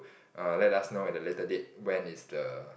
err let us know at a later date when is the